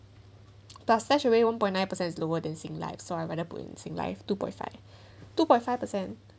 but stash away one point nine percent is lower than sun life so I'm going to put in sun life two point five two point five percent